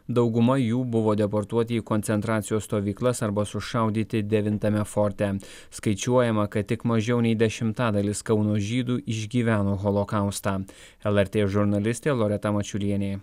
dauguma jų buvo deportuoti į koncentracijos stovyklas arba sušaudyti devintame forte skaičiuojama kad tik mažiau nei dešimtadalis kauno žydų išgyveno holokaustą lrt žurnalistė loreta mačiulienė